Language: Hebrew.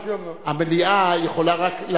המליאה יכולה רק,